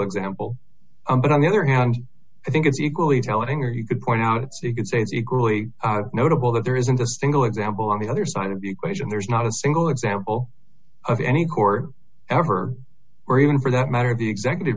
example but on the other hand i think it's equally telling or you could point out so you could say it's equally notable that there isn't a single example on the other side of the question there's not a single example of any court ever or even for that matter the executive